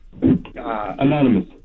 Anonymous